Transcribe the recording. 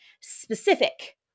specific